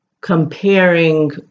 comparing